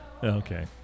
Okay